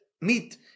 meat